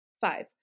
Five